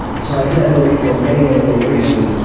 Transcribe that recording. so i did that movie for many, many, many reasons,